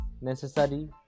necessary